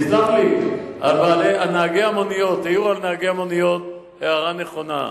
תסלח לי, העירו על נהגי המוניות הערה נכונה.